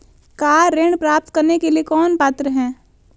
Car ऋण प्राप्त करने के लिए कौन पात्र है?